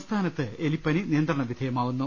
സംസ്ഥാനത്ത് എലിപ്പനി നിയന്ത്രണവിധേയമാവുന്നു